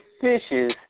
fishes